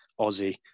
Aussie